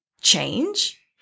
Change